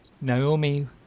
Naomi